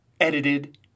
edited